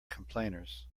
complainers